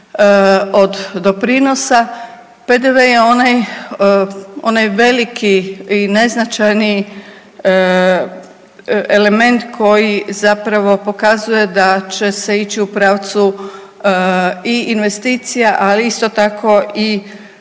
od doprinosa, PDV je onaj veliki i neznačajni element koji zapravo pokazuje da će se ići u pravcu i investicija, ali isto tako i